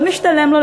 מאוד משתלם לו,